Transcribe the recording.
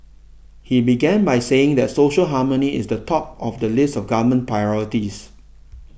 he began by saying that social harmony is the top of the list of government priorities